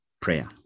prayer